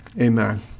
Amen